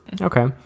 Okay